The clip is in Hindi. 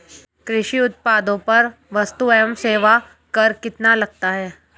कृषि उत्पादों पर वस्तु एवं सेवा कर कितना लगता है?